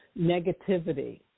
negativity